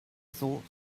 thought